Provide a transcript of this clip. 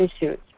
issues